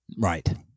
Right